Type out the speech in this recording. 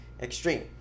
Extreme